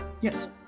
Yes